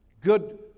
Good